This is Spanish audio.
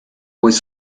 pues